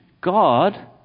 God